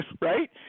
Right